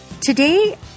Today